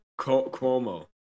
Cuomo